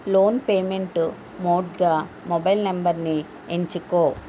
loan payment మోడ్గా mobile నంబరుని ఎంచుకో